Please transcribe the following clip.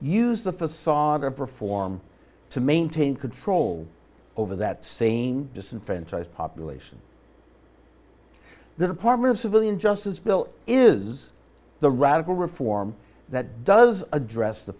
use the facade of reform to maintain control over that same disenfranchised population the department of civilian justice bill is the radical reform that does address the